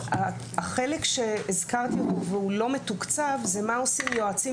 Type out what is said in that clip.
החלק שהזכרתי אותו והוא לא מתוקצב זה מה עושים יועצים